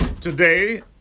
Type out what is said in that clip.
Today